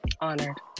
honored